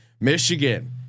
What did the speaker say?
Michigan